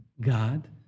God